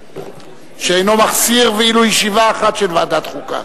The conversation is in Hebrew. שאינו מחסיר ולו ישיבה אחת של ועדת חוקה.